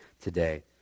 today